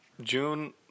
June